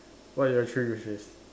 what your three wishes